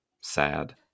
sad